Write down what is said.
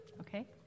okay